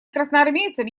красноармейцам